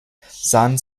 sahen